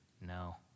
no